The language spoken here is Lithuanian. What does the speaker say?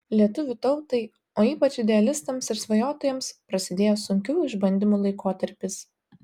lietuvių tautai o ypač idealistams ir svajotojams prasidėjo sunkių išbandymų laikotarpis